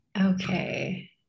Okay